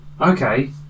okay